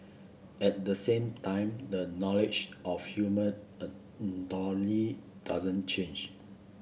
at the same time the knowledge of human anatomy doesn't change